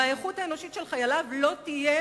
והאיכות האנושית של חייליו לא תתקיים